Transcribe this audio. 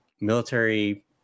military